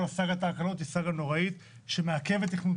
כל סאגת ההקלות היא סאגה נוראית שמעכבת תכנון,